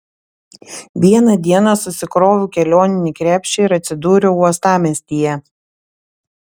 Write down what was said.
vieną dieną susikroviau kelioninį krepšį ir atsidūriau uostamiestyje